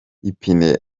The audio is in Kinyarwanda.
ipine